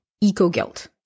eco-guilt